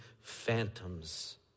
phantoms